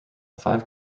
five